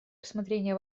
рассмотрение